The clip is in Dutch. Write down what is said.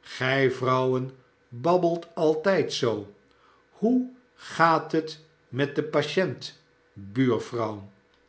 gij vrouwen babbelt altijd zoo hoe gaat het met den patient buurvrouw